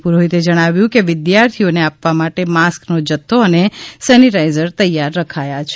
પુરોહિતે જણાવ્યુ છે કે વિદ્યાર્થીઓને આપવા માટે માસ્ક નો જથ્થો અને સેનેટીઝર તૈયાર રખાયા હતા